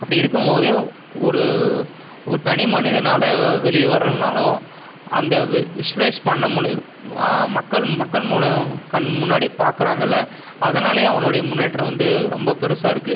அப்படி இருக்கும் போது ஒரு ஒரு தனி மனிதனால் வெளியே வரலேனாலும் அந்த வி விஷுவலைஸ் பண்ண மூலிவ் மக்கள் மக்கள் மூலியமா கண் முன்னாடி பார்க்குறாங்கல்ல அதனாலயே அவனுடைய முன்னேற்றம் வந்து ரொம்ப பெருசாக இருக்குது